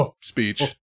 speech